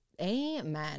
Amen